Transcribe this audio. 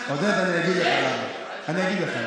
עודד, אני אגיד לך למה, אני אגיד לך למה,